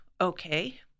okay